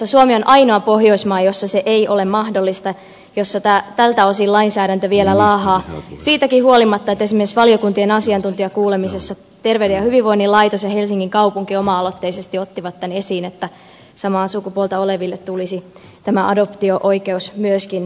suomi on ainoa pohjoismaa jossa se ei ole mahdollista jossa tältä osin lainsäädäntö vielä laahaa siitäkin huolimatta että esimerkiksi valiokuntien asiantuntijakuulemisessa terveyden ja hyvinvoinnin laitos ja helsingin kaupunki oma aloitteisesti ottivat esiin sen että samaa sukupuolta oleville tulisi tämä adoptio oikeus myöskin sallia